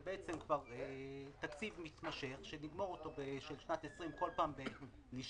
זה בעצם כבר תקציב מתמשך של שנת 20' כל פעם לשיעורין